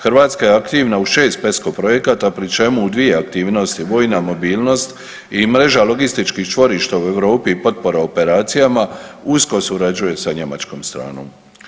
Hrvatska je aktivna u 6 PESCO projekata, pri čemu u dvije aktivnosti vojna mobilnost i mreža logističkih čvorišta u Europi i potpora operacijama, usko surađuje sa njemačkom stranom.